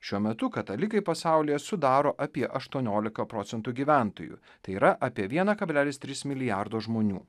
šiuo metu katalikai pasaulyje sudaro apie aštuoniolika procentų gyventojų tai yra apie vieną kablelis tris milijardo žmonių